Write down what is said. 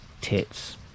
tits